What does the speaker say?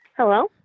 Hello